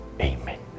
Amen